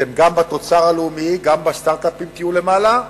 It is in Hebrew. אתם גם בתוצר הלאומי, גם בסטארט-אפים תהיו למעלה,